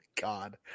God